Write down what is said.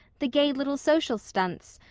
the gay little social stunts,